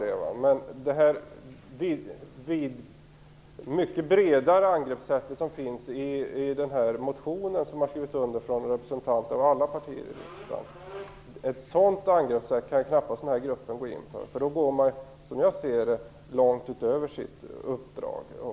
Men i den motion som har skrivits under av representanter från alla partier i riksdagen föreslås ett mycket bredare angreppssätt, och ett sådant angreppssätt kan knappast den här gruppen gå in för, för då går man, som jag ser det, långt utöver sitt uppdrag.